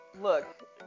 look